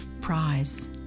prize